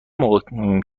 موقع